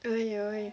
!aiyo!